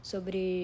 Sobre